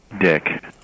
Dick